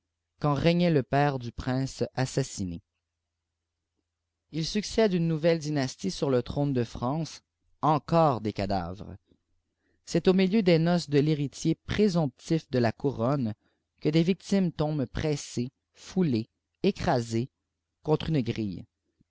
quand régnait le père du prince assassiné u succède une nouvelle dynastie sur te trône de france esoère descannreslll c'ertaumiuaidesnoms de l'héritier présomptif de la oouvona que des victimes tombetlt prcssées foulées éorasées contre mat grille